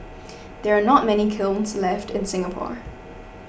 there are not many kilns left in Singapore